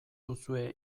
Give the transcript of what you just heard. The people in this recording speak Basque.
duzue